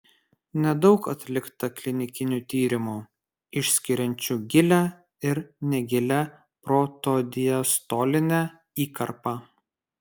nedaug atlikta klinikinių tyrimų išskiriančių gilią ir negilią protodiastolinę įkarpą